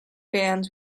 fans